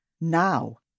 Now